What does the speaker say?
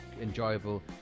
enjoyable